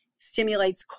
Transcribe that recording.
stimulates